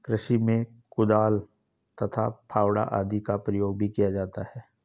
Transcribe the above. कृषि में कुदाल तथा फावड़ा आदि का प्रयोग भी किया जाता है